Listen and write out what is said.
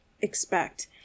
expect